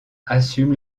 assume